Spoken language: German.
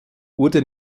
wurde